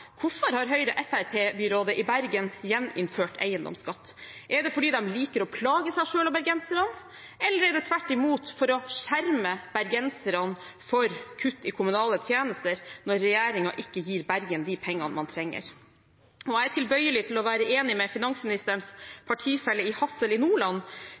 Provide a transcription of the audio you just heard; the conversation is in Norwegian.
Hvorfor har Høyre–Fremskrittsparti-byrådet i Bergen gjeninnført eiendomsskatt? Er det fordi de liker å plage seg selv og bergenserne, eller er det tvert imot for å skjerme bergenserne for kutt i kommunale tjenester, når regjeringen ikke gir Bergen de pengene man trenger? Jeg er tilbøyelig til å være enig med finansministerens partifelle i Hadsel i Nordland,